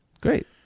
Great